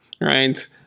right